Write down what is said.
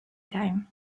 time